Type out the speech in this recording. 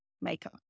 maker